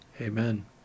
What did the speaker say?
Amen